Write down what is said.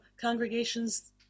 congregations